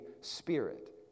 Spirit